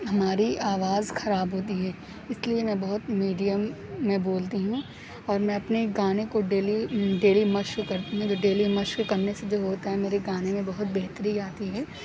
ہماری آواز خراب ہوتی ہے اس لیے میں بہت میڈیم میں بولتی ہوں اور میں اپنے گانے کو ڈیلی ڈیلی مشق کر ڈیلی مشق کرنے سے جو ہوتا ہے میرے گانے میں بہت بہتری آتی ہے